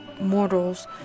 mortals